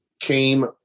came